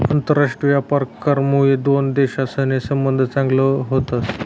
आंतरराष्ट्रीय व्यापार करामुये दोन देशसना संबंध चांगला व्हतस